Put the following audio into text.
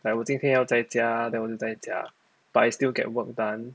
like 我今天要在家 then 我就在家 but I still get work done